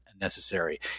necessary